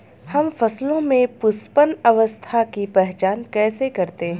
हम फसलों में पुष्पन अवस्था की पहचान कैसे करते हैं?